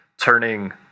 Turning